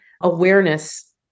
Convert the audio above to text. awareness